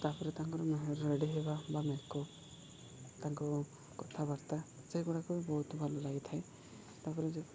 ତା'ପରେ ତାଙ୍କର ରେଡ଼ି ହେବା ବା ମେକ୍ଅପ୍ ତାଙ୍କୁ କଥାବାର୍ତ୍ତା ସେଗୁଡ଼ାକ ବି ବହୁତ ଭଲ ଲାଗିଥାଏ ତା'ପରେ ଯ